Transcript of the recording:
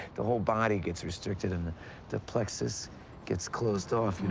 the whole body gets restricted, and the plexus gets closed off,